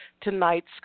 tonight's